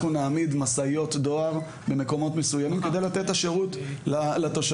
אנחנו נעמיד משאיות דואר במקומות מסוימים כדי לתת את השירות לתושבים.